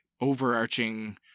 overarching